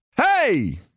Hey